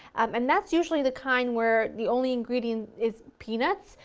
and that's usually the kind where the only ingredient is peanuts.